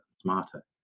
smarter